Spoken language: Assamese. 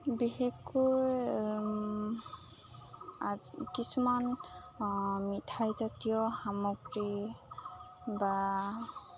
বিশেষকৈ কিছুমান মিঠাই জাতীয় সামগ্ৰী বা